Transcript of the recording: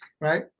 right